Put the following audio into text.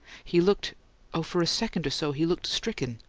he looked oh, for a second or so he looked stricken!